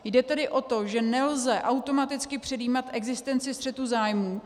Jde tedy o to, že nelze automaticky předjímat existenci střetu zájmů.